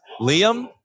Liam